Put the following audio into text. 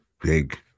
Big